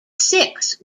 six